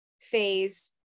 phase